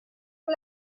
con